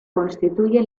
constituye